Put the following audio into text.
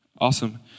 Awesome